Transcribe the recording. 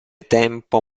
tempo